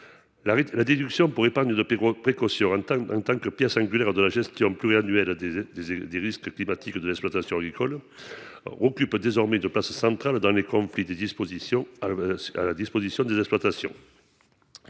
La déduction pour épargne de précaution, en tant que pierre angulaire de la gestion pluriannuelle des risques de l’exploitation agricole, occupe désormais une place centrale dans les outils à disposition des exploitants.